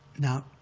now,